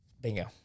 Bingo